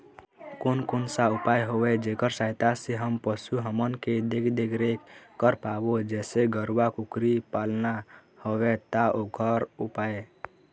कोन कौन सा उपाय हवे जेकर सहायता से हम पशु हमन के देख देख रेख कर पाबो जैसे गरवा कुकरी पालना हवे ता ओकर उपाय?